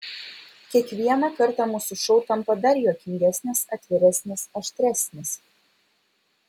kiekvieną kartą mūsų šou tampa dar juokingesnis atviresnis aštresnis